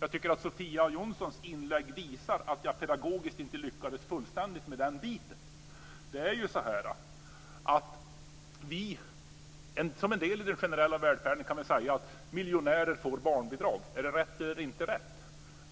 Jag tycker att Sofia Jonssons inlägg visar att jag pedagogiskt inte lyckades fullständigt. Som en del i den generella välfärden kan man säga att miljonärer får barnbidrag. Är det rätt eller inte rätt?